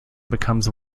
becomes